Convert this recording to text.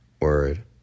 word